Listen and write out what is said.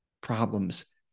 problems